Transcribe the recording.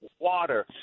water